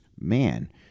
man